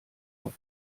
auf